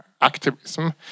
activism